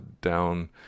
down